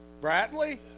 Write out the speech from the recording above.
Bradley